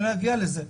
אני לא אגיע לזה.